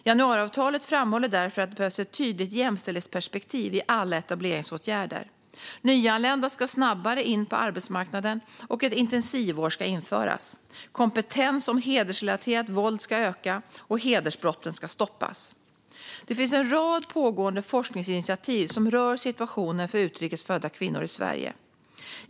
Januariavtalet framhåller därför att det behövs ett tydligt jämställdhetsperspektiv i alla etableringsåtgärder. Nyanlända ska snabbare in på arbetsmarknaden, och ett intensivår ska införas. Kunskaperna om hedersrelaterat våld ska öka, och hedersbrotten ska stoppas. Det finns en rad pågående forskningsinitiativ som rör situationen för utrikes födda kvinnor i Sverige.